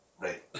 Right